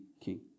king